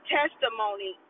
testimony